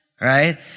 right